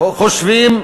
חושבים,